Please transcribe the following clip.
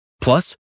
plus